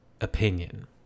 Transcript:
opinion